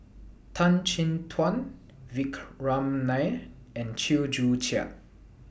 Tan Chin Tuan Vikram Nair and Chew Joo Chiat